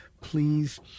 please